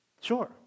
Sure